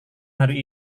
hari